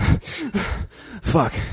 Fuck